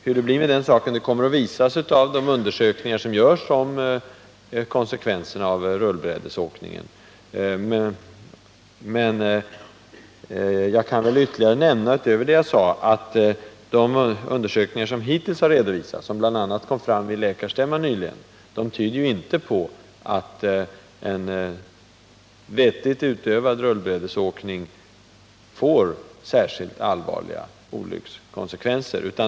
Hur det blir med den saken kommer att framgå av de undersökningar som nu görs om konsekvenserna av rullbrädesåkningen. Jag kan nämna, utöver vad jag sade i svaret, att de undersökningar som hittills har redovisats och som bl.a. kom fram vid läkarstämman nyligen, inte tyder på att en vettigt utövad rullbrädesåkning får särskilt allvarliga olyckskonsekvenser.